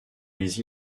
les